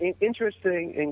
interesting